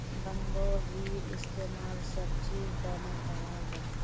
बन्द्गोभीर इस्तेमाल सब्जिर तने कराल जाहा